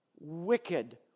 wicked